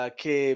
che